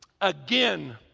again